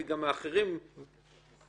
יכול